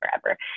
forever